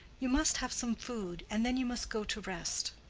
you must have some food, and then you must go to rest.